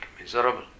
miserable